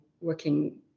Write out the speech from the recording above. working